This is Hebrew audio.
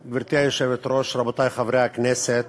היושבת-ראש, רבותי חברי הכנסת,